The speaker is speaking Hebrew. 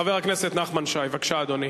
חבר הכנסת נחמן שי, בבקשה,